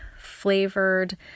flavored